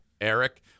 Eric